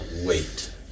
wait